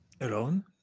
alone